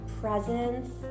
presence